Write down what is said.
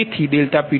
તેથી ∆P21 0